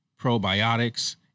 probiotics